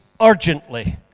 urgently